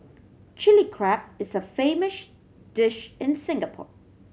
Chilli Crab is a famous dish in Singapore